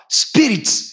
spirits